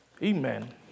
Amen